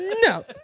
No